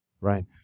Right